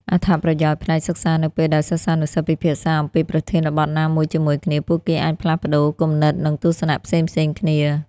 អត្ថប្រយោជន៍ផ្នែកសិក្សានៅពេលដែលសិស្សានុសិស្សពិភាក្សាអំពីប្រធានបទណាមួយជាមួយគ្នា ពួកគេអាចផ្លាស់ប្តូរគំនិត និងទស្សនៈផ្សេងៗគ្នា។